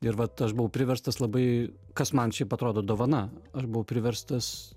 ir vat aš buvau priverstas labai kas man šiaip atrodo dovana aš buvau priverstas